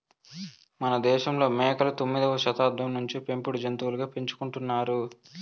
మనదేశంలో మేకలు తొమ్మిదవ శతాబ్దం నుంచే పెంపుడు జంతులుగా పెంచుకుంటున్నారు